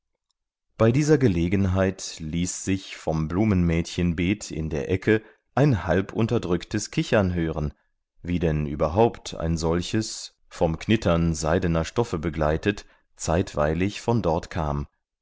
bei dieser gelegenheit ließ sich vom blumenmädchen beet in der ecke ein halbunterdrücktes kichern hören wie denn überhaupt ein solches vom knittern seidener stoffe begleitet zeitweilig von dort kam